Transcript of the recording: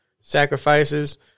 sacrifices